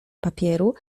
papieru